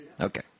Okay